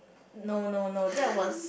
no no no that was